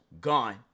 gone